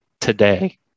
today